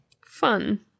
Fun